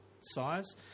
size